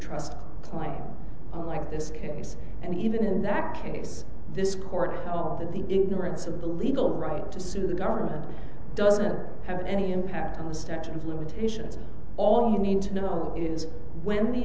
trust play like this case and even in that case this court that the ignorance of the legal right to sue the government doesn't have any impact on the statute of limitations all you need to know is when